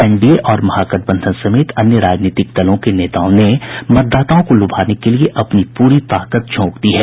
NDA और महागठबंधन समेत अन्य राजनीतिक दलों के नेताओं ने मतदाताओं को लुभाने के लिए अपनी पूरी ताकत झोंक दी है